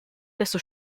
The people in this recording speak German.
desto